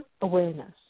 awareness